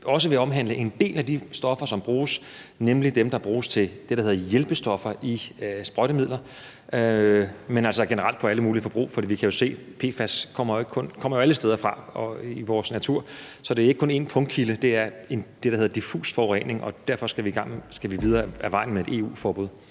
vil omhandle en del af de stoffer, som bruges, nemlig dem, der bruges til det, der hedder hjælpestoffer i sprøjtemidler, men også generelt i alle mulige forbrug, for vi kan jo se, at PFAS kommer alle steder fra i vores natur, så det er ikke kun én punktkilde. Det er det, der hedder diffus forurening, og derfor skal vi videre ad vejen med et EU-forbud.